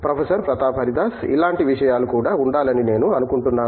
professor Pratap Haridas ఇలాంటి విషయాలు కూడా ఉండాలని నేను అనుకుంటున్నాను